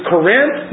Corinth